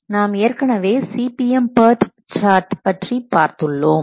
நாம் ஏற்கனவே CPM PERT chart பற்றி பார்த்துள்ளோம்